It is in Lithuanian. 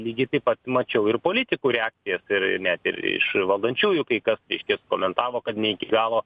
lygiai taip pat mačiau ir politikų reakcijas ir net ir iš valdančiųjų kai kas reiškias komentavo kad ne iki galo